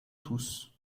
tous